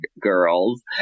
girls